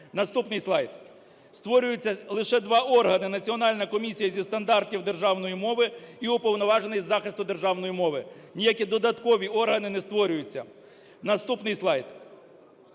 Наступний слайд. Створюються лише два органи: Національна комісія зі стандартів державної мови і Уповноважений з захисту державної мови. Ніякі додаткові органи не створюються. Наступний слайд